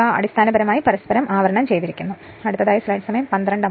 അവ അടിസ്ഥാനപരമായി പരസ്പരം ആവരണം ചെയ്തിരിക്കുന്നു അതിനാൽ നിങ്ങളുടെ പക്കലുള്ളത് ഇതാണ്